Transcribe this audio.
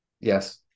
Yes